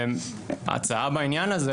ההצעה בעניין הזה,